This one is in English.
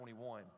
21